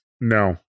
No